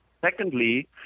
Secondly